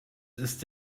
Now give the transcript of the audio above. ist